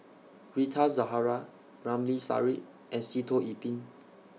Rita Zahara Ramli Sarip and Sitoh Yih Pin